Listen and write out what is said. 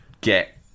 get